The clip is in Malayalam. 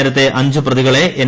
നേരത്തെ അഞ്ചു പ്രതികളെ എൻ